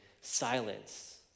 silence